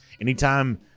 Anytime